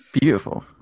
beautiful